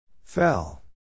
Fell